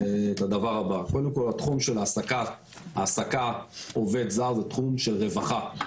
אגיד את הדבר הבא: התחום של העסקת עובד זר הוא תחום של רווחה.